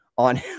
on